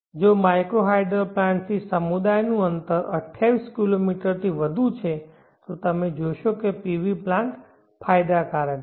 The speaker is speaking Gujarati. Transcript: જો માઇક્રો હાઇડલ પ્લાન્ટથી સમુદાયનું અંતર 28 કિલોમીટરથી વધુ છે અને તમે જોશો કે PV પ્લાન્ટ ફાયદાકારક છે